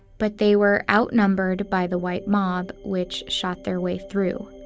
but they were outnumbered by the white mob, which shot their way through.